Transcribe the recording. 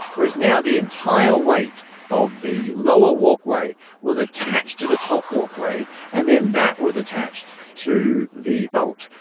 whereas now the entire weight of the lower walkway was attached to the top walkway, and then that was attached to the bolt.